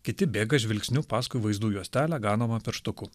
kiti bėga žvilgsniu paskui vaizdų juostelę ganomą pirštuku